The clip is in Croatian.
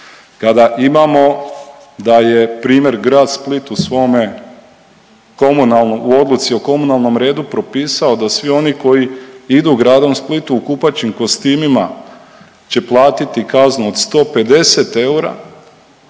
kada imamo da je primjer Grad Split u svome komunalnom, u odluci o komunalnom redu propisao da svi oni koji idu gradom Splitom u kupaćim kostimima će platiti kaznu od 150 eura,